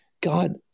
God